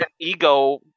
ego